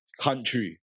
country